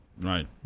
right